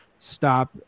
Stop